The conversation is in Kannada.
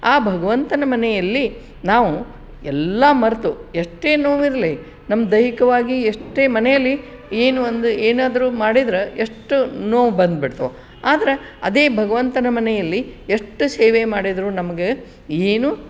ಆ ಭಗವಂತನ ಮನೆಯಲ್ಲಿ ನಾವು ಎಲ್ಲ ಮರೆತು ಎಷ್ಟೇ ನೋವಿರಲಿ ನಮ್ಗೆ ದೈಹಿಕವಾಗಿ ಎಷ್ಟೇ ಮನೆಯಲ್ಲಿ ಏನು ಒಂದು ಏನಾದರೂ ಮಾಡಿದ್ರೆ ಎಷ್ಟು ನೋವು ಬಂದು ಬಿಡ್ತವೆ ಆದರೆ ಅದೇ ಭಗವಂತನ ಮನೆಯಲ್ಲಿ ಎಷ್ಟು ಸೇವೆ ಮಾಡಿದರೂ ನಮಗೆ ಏನು